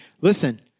listen